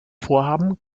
vorhaben